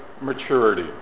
maturity